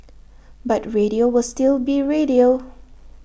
but radio will still be radio